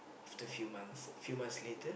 after few months few months later